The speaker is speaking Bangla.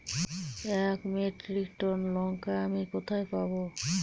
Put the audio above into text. এক মেট্রিক টন লঙ্কা আমি কোথায় পাবো?